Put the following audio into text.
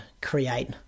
create